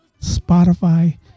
Spotify